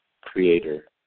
creator